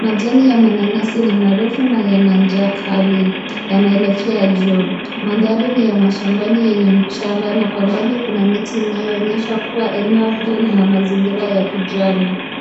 Majani ya mananasi ni marefu na yana ncha kali yanaelekea juu. Mandhari ni ya mashambani yenye mchanga na kwa mbali kuna miti inayoonyesha kuwa eneo hilo lina mazingira ya kijani.